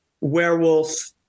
Werewolf